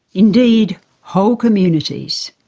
indeed whole communities.